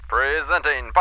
Presenting